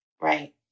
right